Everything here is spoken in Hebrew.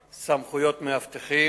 (תיקון) (סמכויות מאבטחים),